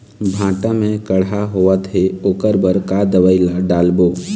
भांटा मे कड़हा होअत हे ओकर बर का दवई ला डालबो?